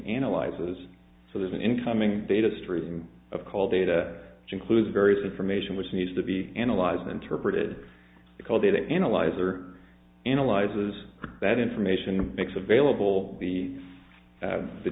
analyzes so there's an incoming data stream of call data which includes various information which needs to be analyzed interpreted the call data analyzer analyzes that information makes available the